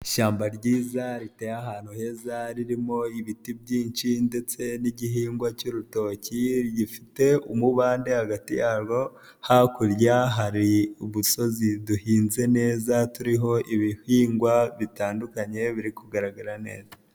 Ishyamba ryiza riteye ahantu heza ririmo ibiti byinshi ndetse n'igihingwa cy'urutoki gifite umubande hagati yabo, hakurya hari udusozi duhinze neza turiho ibihingwa bitandukanye biri kugaragara neza.